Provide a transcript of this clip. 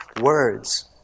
words